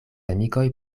amikoj